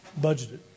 budgeted